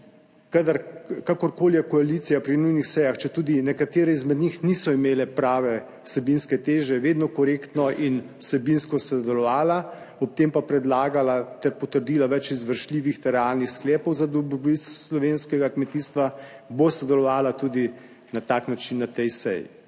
Kakorkoli je koalicija pri nujnih sejah pri nujnih sejah, četudi nekatere izmed njih niso imele prave vsebinske teže, vedno korektno in vsebinsko sodelovala, ob tem pa predlagala ter potrdila več izvršljivih te realnih sklepov za dobrobit slovenskega kmetijstva bo sodelovala tudi na tak način na tej seji.